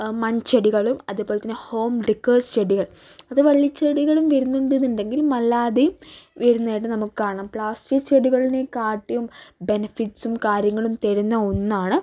മൺചെടികളും അതുപോലത്തന്നെ home decors ചെടികൾ അപ്പോൾ വള്ളിച്ചെടികളും വരുന്നുന്നുണ്ട് എന്നുണ്ടെങ്കിൽ അല്ലാതെയും വരുന്നതായിട്ട് നമുക്ക് കാണാം പ്ലാസ്റ്റിക്ക് ചെടികളെക്കാളും ബെനിഫിറ്റ്സും കാര്യങ്ങളും തരുന്ന ഒന്നാണ്